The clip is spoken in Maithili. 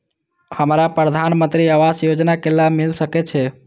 हमरा प्रधानमंत्री आवास योजना के लाभ मिल सके छे?